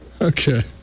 Okay